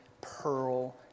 pearl